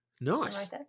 Nice